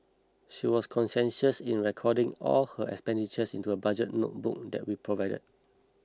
she was conscientious in recording all her expenditures into the budget notebook that we provided